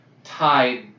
Tied